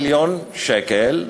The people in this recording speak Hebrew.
מיליון שקל,